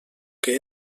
que